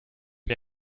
mir